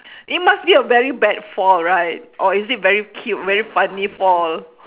it must be a very bad fall right or is it very cute very funny fall